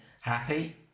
happy